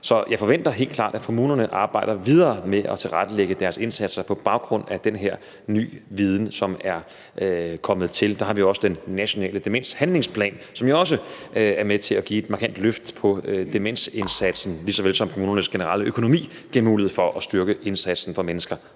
Så jeg forventer helt klart, at kommunerne arbejder videre med at tilrettelægge deres indsatser på baggrund af den her ny viden, som er kommet til. Der har vi også den nationale demenshandlingsplan, som jo også er med til at give et markant løft af demensindsatsen, lige såvel som kommunernes generelle økonomi giver mulighed for at styrke indsatsen for mennesker,